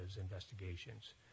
investigations